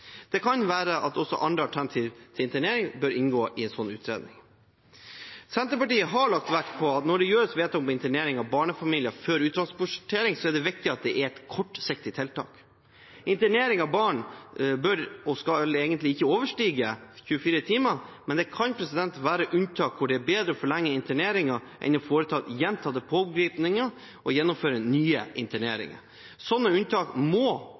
Det kan være at også andre alternativer til internering bør inngå i en slik utredning. Senterpartiet har lagt vekt på at når det gjøres vedtak om internering av barnefamilier før uttransportering, er det viktig at det er et kortsiktig tiltak. Internering av barn bør og skal vel egentlig ikke overstige 24 timer, men det kan være unntak hvor det er bedre å forlenge interneringen enn å foreta gjentatte pågripelser og gjennomføre nye interneringer. Slike unntak må